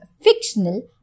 fictional